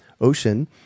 Ocean